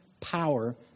power